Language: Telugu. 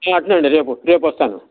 అట్లనే అండి రేపు రేపు వస్తాను